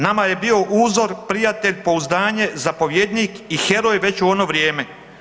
Nama je bio uzor, prijatelj, pouzdanje, zapovjednik i heroj već u ono vrijeme.